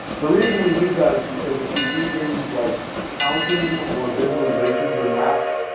the reason we need that is because if we do things like counting or visualizations or maps,